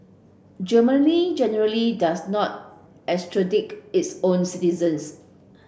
Germany generally does not extradite its own citizens